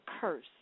curse